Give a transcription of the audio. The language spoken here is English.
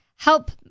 Help